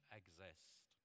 exist